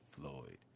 Floyd